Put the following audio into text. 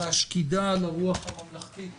השקידה על הרוח הממלכתית